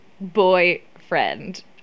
boyfriend